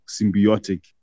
symbiotic